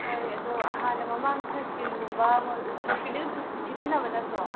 ꯍꯣꯏ ꯑꯗꯣ ꯍꯥꯟꯅ ꯃꯃꯥꯡꯗ ꯁꯟ ꯏꯁꯀꯔꯤꯟꯒꯨꯝꯕ ꯁꯟ ꯏꯁꯀꯔꯤꯟꯗꯤ ꯑꯗꯨꯝ ꯁꯤꯖꯤꯟꯅꯕ ꯅꯠꯇ꯭ꯔꯣ